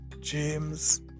James